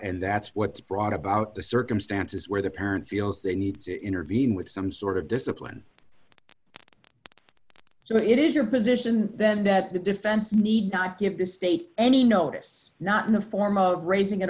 and that's what's brought about the circumstances where the parent feels they need to intervene with some sort of discipline so it is your position then that the defense need not give the state any notice not in the form of raising